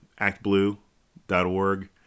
actblue.org